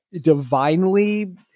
divinely